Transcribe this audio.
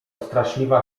straszliwa